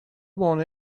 want